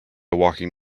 walking